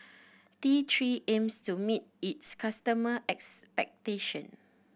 T Three aims to meet its customer expectations